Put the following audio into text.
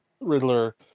Riddler